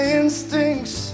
instincts